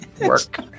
work